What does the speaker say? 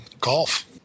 Golf